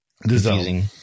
confusing